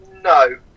No